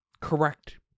correct